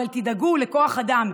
אבל תדאגו לכוח אדם.